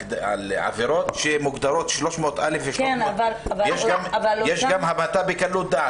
על עבירות שמוגדרות 300(א) ו-300 יש גם המתה בקלות דעת,